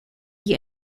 die